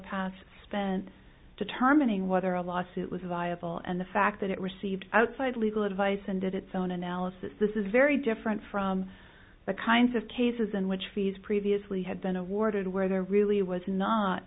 pass spent determining whether a law suit was viable and the fact that it received outside legal advice and did its own analysis this is very different from the kinds of cases in which these previously had been awarded where there really was not